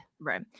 Right